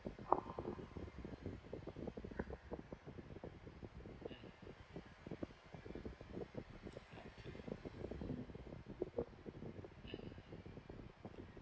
mm mm